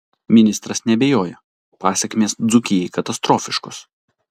ministras neabejoja pasekmės dzūkijai katastrofiškos